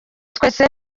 twese